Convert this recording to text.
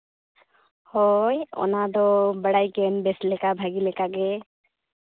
ᱦᱳᱭ ᱚᱱᱟ ᱫᱚ ᱵᱟᱲᱟᱭ ᱜᱮᱭᱟᱧ ᱵᱮᱥ ᱞᱮᱠᱟ ᱵᱷᱟᱹᱜᱤ ᱞᱮᱠᱟᱜᱮ